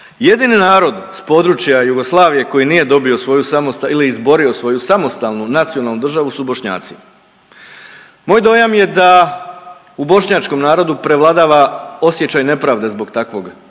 Jedini narod s područja Jugoslavije koji nije dobio svoju samostalnu ili izborio svoju samostalnu nacionalnu državu su Bošnjaci. Moj dojam je da u bošnjačkom narodu prevladava osjećaj nepravde zbog takvog